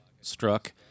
struck